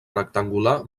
rectangular